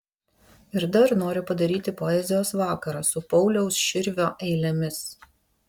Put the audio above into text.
ir dar noriu padaryti poezijos vakarą su pauliaus širvio eilėmis